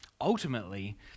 Ultimately